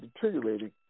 deteriorating